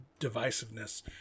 divisiveness